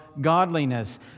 godliness